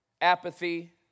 apathy